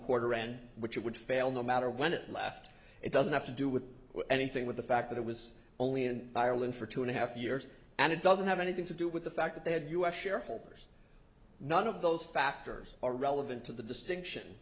quarter end which it would fail no matter when it left it doesn't have to do with anything with the fact that it was only in ireland for two and a half years and it doesn't have anything to do with the fact that they had u s shareholders none of those factors are relevant to the distinction